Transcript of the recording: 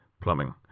plumbing